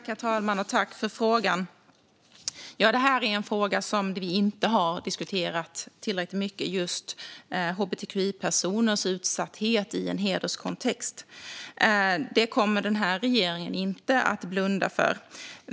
Herr talman! Tack, ledamoten, för frågan! Frågan om hbtqi-personers utsatthet i en hederskontext är en fråga som vi inte har diskuterat tillräckligt mycket. Den frågan kommer den här regeringen inte att blunda för.